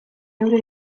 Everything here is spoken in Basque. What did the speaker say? euro